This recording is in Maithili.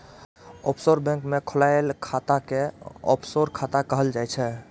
ऑफसोर बैंक मे खोलाएल खाता कें ऑफसोर खाता कहल जाइ छै